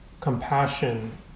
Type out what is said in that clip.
compassion